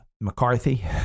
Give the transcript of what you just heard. McCarthy